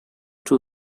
two